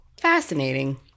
Fascinating